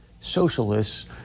Socialists